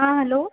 हँ हैलो